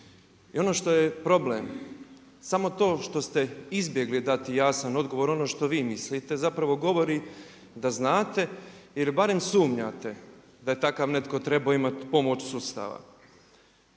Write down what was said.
I ono što je problem, samo to što ste izbjegli dati jasan odgovor, ono što vi mislite zapravo govori da znate ili barem sumnjate da je takav netko trebao imati pomoć sustava.